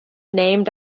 named